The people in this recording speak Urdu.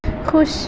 خوش